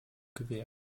gewähr